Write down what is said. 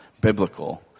biblical